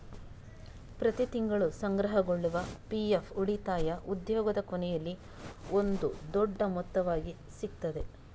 ಪ್ರತಿ ತಿಂಗಳು ಸಂಗ್ರಹಗೊಳ್ಳುವ ಪಿ.ಎಫ್ ಉಳಿತಾಯ ಉದ್ಯೋಗದ ಕೊನೆಯಲ್ಲಿ ಒಂದು ದೊಡ್ಡ ಮೊತ್ತವಾಗಿ ಸಿಗ್ತದೆ